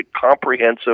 comprehensive